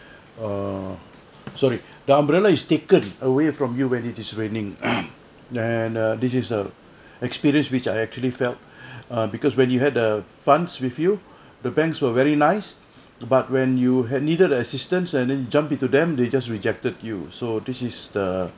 err sorry the umbrella is taken away from you when it is raining than uh this is a experience which I actually felt err because when you had a funds with you the banks were very nice but when you had needed assistance and then jump to them they just rejected you so this is the